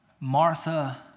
Martha